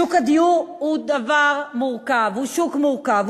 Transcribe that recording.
שוק הדיור הוא דבר מורכב, הוא שוק מורכב.